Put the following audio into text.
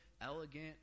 elegant